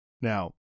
Now